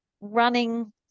running